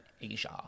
asia